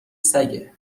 سگه